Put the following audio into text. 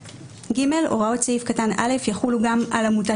"(ג) הוראות סעיף קטן (א) יחולו גם על עמותה